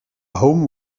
home